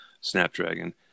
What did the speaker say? Snapdragon